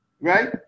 right